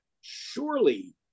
surely